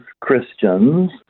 Christians